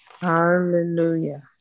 Hallelujah